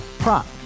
Prop